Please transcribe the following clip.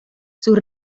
sus